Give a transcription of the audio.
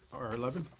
r eleven.